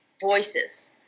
voices